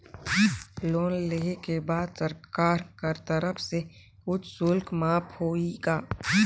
Loan लेहे के बाद सरकार कर तरफ से कुछ शुल्क माफ होही का?